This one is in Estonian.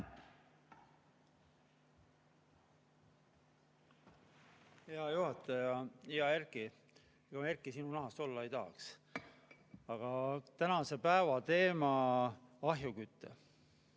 Hea juhataja! Hea Erki! Erki, sinu nahas olla ei tahaks. Aga tänase päeva teema – ahjuküte.